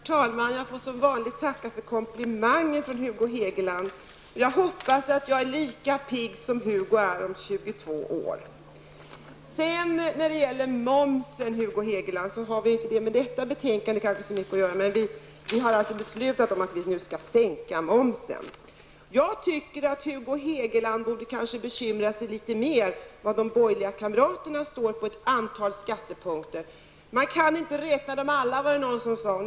Herr talman! Jag får som vanligt tacka för komplimangerna från Hugo Hegeland. Jag hoppas att jag om 22 år är lika pigg som Hugo Hegeland är i dag. När det gäller momsen, Hugo Hegeland, har den inte så mycket med detta betänkande att göra. Men vi har alltså fattat beslut om att momsen skall sänkas. Jag tycker att Hugo Hegeland borde bekymra sig litet mer för var de borgerliga kamraterna står i fråga om ett antal skattepunkter. Man kan inte räkna dem alla, var det någon som sade.